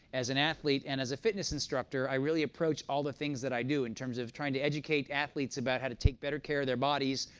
as an athlete, and as a fitness instructor, i really approach all the things that i do in terms of trying to educate athletes about how to take better care of their bodies,